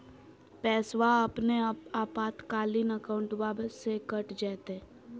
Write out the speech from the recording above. पैस्वा अपने आपातकालीन अकाउंटबा से कट जयते?